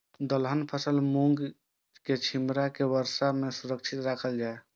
दलहन फसल मूँग के छिमरा के वर्षा में सुरक्षित राखल जाय?